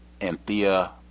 Anthea